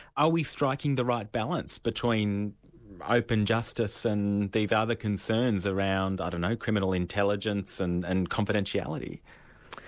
are we striking the right balance between open justice and these other concerns around, i don't know, criminal intelligence and and confidentiality?